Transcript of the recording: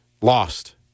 lost